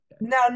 no